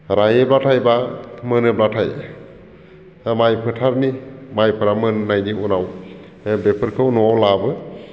रायोबाथाय एबा मोनोब्लाथाय माइ फोथारनि माइफोरा मोननायनि उनाव बेफोरखौ न'आव लाबोयो